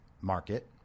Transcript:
market